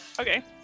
Okay